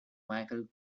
michel